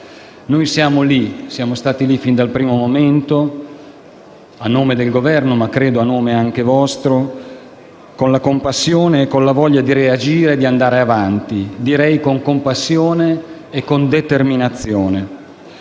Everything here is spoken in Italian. Noi siamo lì, siamo stati lì fin dal primo momento, a nome del Governo ma credo anche a nome vostro, con la compassione e con la voglia di reagire e di andare avanti con determinazione,